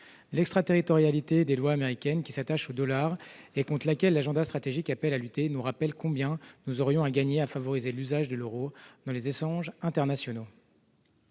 L'extraterritorialité des lois américaines, qui s'attache au dollar et contre laquelle l'agenda stratégique appelle à lutter, nous rappelle combien nous aurions à gagner à favoriser l'usage de l'euro dans les échanges internationaux.